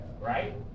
right